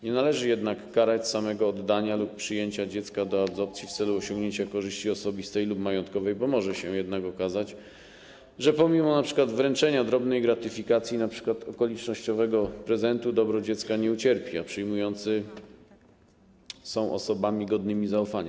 Nie należy jednak karać samego oddania lub przyjęcia dziecka do adopcji w celu osiągnięcia korzyści osobistej lub majątkowej, bo może się okazać, że pomimo wręczenia drobnej gratyfikacji, np. okolicznościowego prezentu, dobro dziecka nie ucierpi, a przyjmujący są osobami godnymi zaufania.